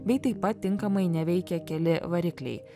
bei taip pat tinkamai neveikia keli varikliai